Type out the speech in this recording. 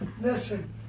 Listen